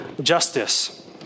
justice